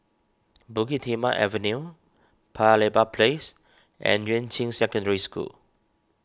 Bukit Timah Avenue Paya Lebar Place and Yuan Ching Secondary School